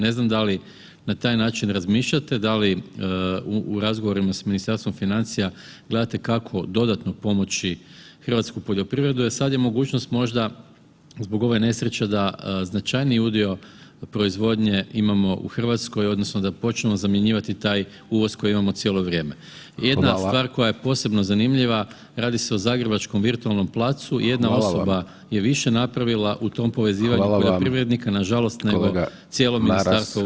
Ne znam da li na taj način razmišljate, da li u razgovorima s Ministarstvom financija gledate kako dodatno pomoći hrvatsku poljoprivredu jer sad je mogućnost možda zbog ove nesreće da značajniji udio proizvodnje imamo u RH odnosno da počnemo zamjenjivati taj uvoz koji imamo cijelo vrijeme [[Upadica: Hvala]] Jedna stvar koja je posebno zanimljiva, radi se o zagrebačkom virtualnom placu, [[Upadica: Hvala vam]] jedna osoba je više napravila u tom povezivanju [[Upadica: Hvala vam]] poljoprivrednika, nažalost nego cijelo ministarstvo u ovo par, par tjedana.